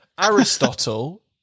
Aristotle